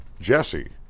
Jesse